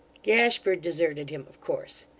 gashford deserted him, of course.